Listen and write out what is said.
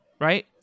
right